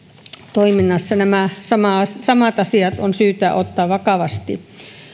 toiminnassa nämä samat asiat on syytä ottaa vakavasti